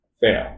fail